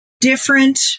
different